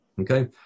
Okay